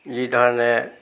যিধৰণে